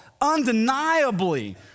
undeniably